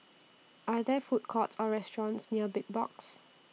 Are There Food Courts Or restaurants near Big Box